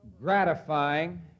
gratifying